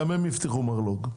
גם הם יפתחו מרלו"ג.